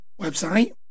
website